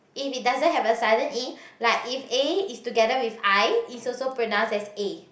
if it doesn't have a silent E like if A is together with I is also pronounced as A